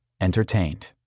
Entertained